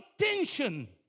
attention